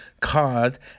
card